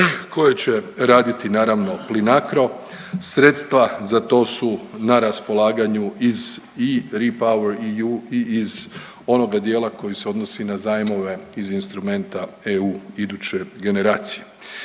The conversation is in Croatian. koje će raditi naravno Plinacro. Sredstva za to su na raspolaganju iz REP over EU i iz onoga dijela koji se odnosi na zajmove iz instrumenta EU iduće generacije.